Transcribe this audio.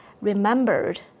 remembered